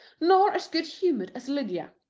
nor as good-humoured as lydia.